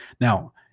Now